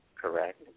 correct